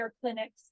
clinics